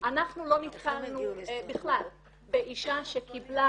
אנחנו לא נתקלנו בכלל באישה שקיבלה